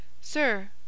Sir